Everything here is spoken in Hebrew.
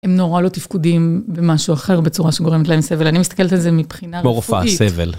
הם נורא לא תפקודים במשהו אחר בצורה שגורמת להם סבל. אני מסתכלת על זה מבחינה רפואית.